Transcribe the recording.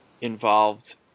involved